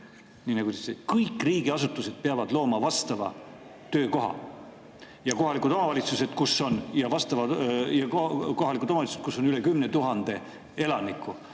kõik riigiasutused peavad looma vastava töökoha, ja ka kohalikud omavalitsused, kus on üle 10 000 elaniku?